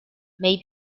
may